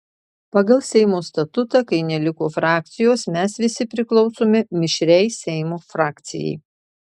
pagal seimo statutą kai neliko frakcijos mes visi priklausome mišriai seimo frakcijai